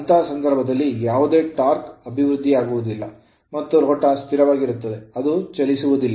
ಅಂತಹ ಸಂದರ್ಭದಲ್ಲಿ ಯಾವುದೇ torque ಟಾರ್ಕ್ ಅಭಿವೃದ್ಧಿಯಾಗಿಲ್ಲ ಮತ್ತು ರೋಟರ್ ಸ್ಥಿರವಾಗಿರುತ್ತದೆ ಅದು ಚಲಿಸುವುದಿಲ್ಲ